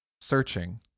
Searching